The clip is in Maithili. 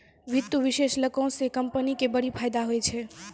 वित्तीय विश्लेषको से कंपनी के बड़ी फायदा होय छै